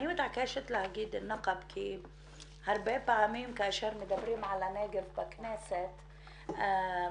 אני מתעקשת להגיד נַקַבּ כי הרבה פעמים כאשר מדברים על הנגב בכנסת מדברים